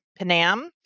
Panam